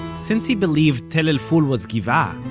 since he believed tell el-ful was gibeah,